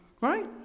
Right